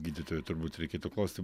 gydytojų turbūt reikėtų klausti